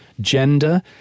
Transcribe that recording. gender